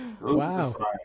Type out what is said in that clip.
Wow